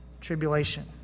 tribulation